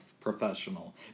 professional